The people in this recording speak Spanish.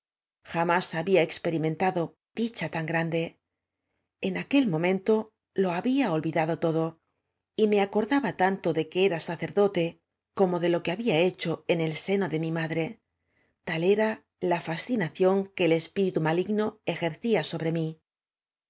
más había experimentado dicha tan grande en aquel momento lo había olvidado todo y me acordaba tanto de que era sacerdote como de lo que había hecho en el seno de mi madre tal era la fascinación que el espíritu mallgao ejer cía sobre mí